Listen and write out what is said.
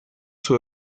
sul